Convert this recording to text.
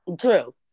True